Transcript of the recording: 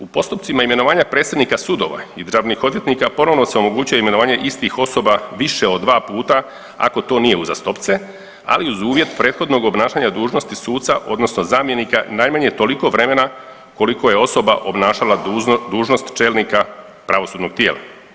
U postupcima imenovanja predsjednika sudova i državnih odvjetnika ponovo se omogućuje imenovanje istih osoba više od 2 puta ako to nije uzastopce ali uz uvjet prethodnog obnašanja dužnosti suca odnosno zamjenika najmanje toliko vremena koliko je osoba obnašala dužnost čelnika pravosudnog tijela.